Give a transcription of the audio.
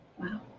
wow